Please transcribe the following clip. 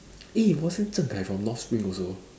eh wasn't Zhen Kai from north spring also